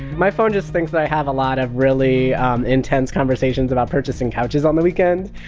my phone just thinks i have a lot of really intense conversations about purchasing couches on the weekends.